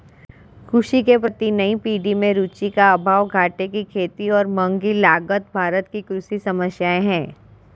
कृषि के प्रति नई पीढ़ी में रुचि का अभाव, घाटे की खेती और महँगी लागत भारत की कृषि समस्याए हैं